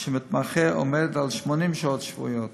של מתמחה עומדת על 80 שעות שבועיות,